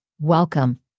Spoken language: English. Welcome